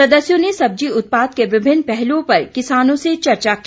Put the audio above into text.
सदस्यों ने सब्जी उत्पाद के विभिन्न पहलुओं पर किसानों से चर्चा की